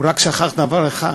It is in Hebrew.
הוא רק שכח דבר אחד,